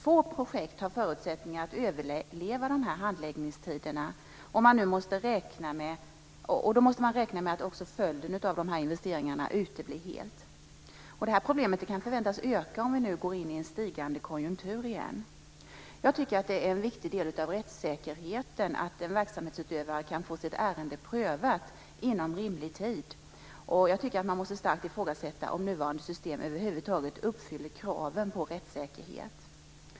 Få projekt har förutsättningar att överleva de här handläggningstiderna. Då måste man också räkna med att följden av investeringarna uteblir helt. Detta problem kan förväntas öka om vi går in i en stigande konjunktur igen. Jag tycker att det är en viktig del av rättssäkerheten att en verksamhetsutövare kan få sitt ärende prövat inom rimlig tid. Och man måste starkt ifrågasätta om nuvarande system över huvud taget uppfyller kraven på rättssäkerhet.